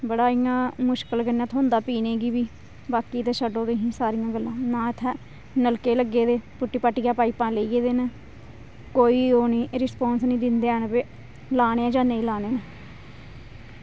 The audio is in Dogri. बड़ा इ'यां मुश्कल कन्नै थ्होंदा पीने गी बी बाकी ते छड्डो तुहीं सारियां गल्लां ना इत्थें नलके लग्गे दे पुट्टी पट्टियै पाइपां लेई गेदे न कोई ओह् नी रिस्पांस नी दिंदे हैन भई लाने न जां नेईं लाने न